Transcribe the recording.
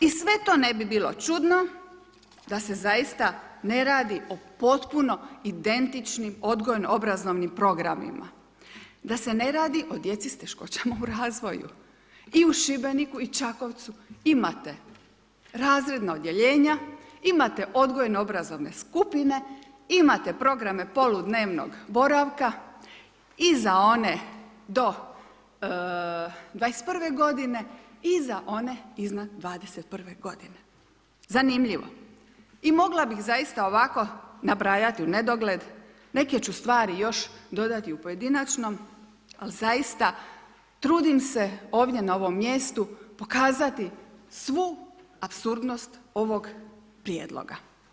I sve to ne bi bilo čudno da se zaista ne radi o potpuno identičnim odgojno-obrazovnim programima da se ne radi o djeci s teškoćama u razvoju i u Šibeniku i Čakovcu imate razredna odjeljenja imate odgojno-obrazovne skupine imate programe poludnevnog boravka i za one do 21 godine i za one iznad 21 godine zanimljivo i mogla bi zaista ovako nabrajati u nedogled neke ću stvari još dodati u pojedinačnom ali zaista trudim se ovdje na ovom mjestu pokazati svu apsurdnost ovog prijedloga.